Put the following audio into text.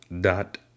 dot